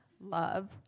love